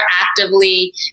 actively